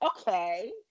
okay